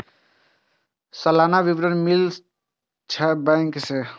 सलाना विवरण मिलै छै बैंक से?